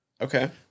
Okay